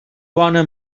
bona